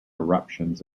eruptions